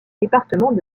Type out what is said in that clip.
département